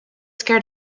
scared